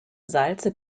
salze